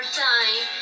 time